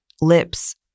lips